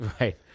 Right